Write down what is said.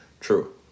True